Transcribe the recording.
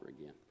again